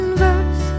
verse